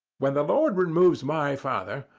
when the lord removes my father,